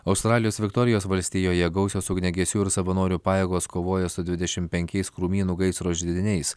australijos viktorijos valstijoje gausios ugniagesių ir savanorių pajėgos kovoja su dvidešim penkiais krūmynų gaisro židiniais